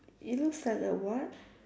it looks like a what